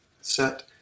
set